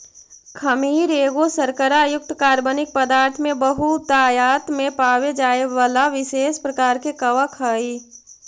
खमीर एगो शर्करा युक्त कार्बनिक पदार्थ में बहुतायत में पाबे जाए बला विशेष प्रकार के कवक हई